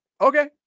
okay